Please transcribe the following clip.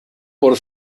por